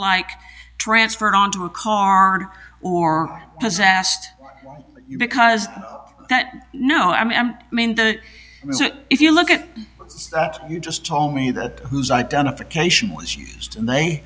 like transferred onto a car or possessed because that no i mean i'm mean the if you look at that you just told me that who's identification was used and they